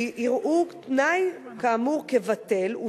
יראו תנאי כאמור כבטל,